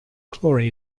chlorine